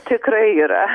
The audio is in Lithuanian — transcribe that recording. tikrai yra